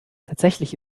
tatsächlich